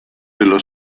dello